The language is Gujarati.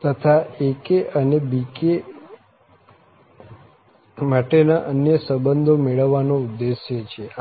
તથા aks અને bks માટે ના અન્ય સંબંધો મેળવવા નો ઉદ્દેશ્ય છે